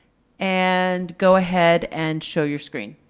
and go ahead and show your screen